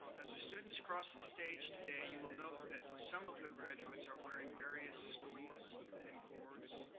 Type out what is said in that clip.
as the students cross the stage today, you will note that some of the graduates are wearing various stoles and cords.